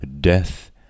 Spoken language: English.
death